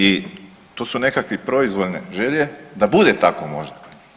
I to su nekakve proizvoljne želje da bude tako možda.